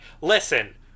listen